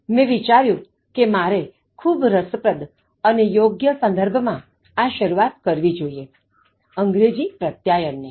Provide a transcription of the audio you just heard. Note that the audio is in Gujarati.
મેં વિચાર્યું કે મારે ખૂબ રસપ્રદ અને યોગ્ય સંદર્ભમાં આ શરૂઆત કરવી જોઈએ અંગ્રેજી પ્રત્યાયન ની